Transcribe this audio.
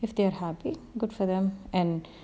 if they are happy good for them and